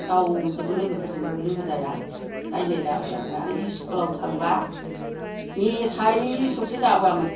रावजोंबो लोगोफोरजोंबो लोगो जाया रायलायलाबायाबो आर इस्कुलाव थांबा मेथाइ थोबसे जाबोयामोन